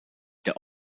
der